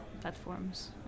platforms